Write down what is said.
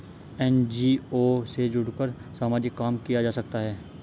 NGO से जुड़कर सामाजिक काम किया जा सकता है